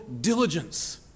diligence